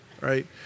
right